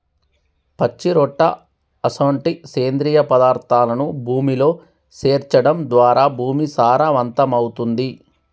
పచ్చిరొట్ట అసొంటి సేంద్రియ పదార్థాలను భూమిలో సేర్చడం ద్వారా భూమి సారవంతమవుతుంది